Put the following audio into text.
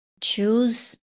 choose